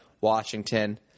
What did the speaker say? Washington